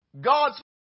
God's